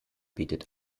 bietet